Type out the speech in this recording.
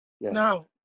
Now